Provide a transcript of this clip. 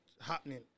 happening